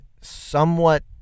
somewhat